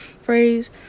phrase